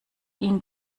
ihn